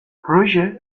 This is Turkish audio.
proje